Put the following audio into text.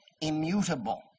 immutable